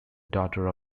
daughter